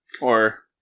or-